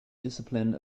discipline